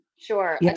Sure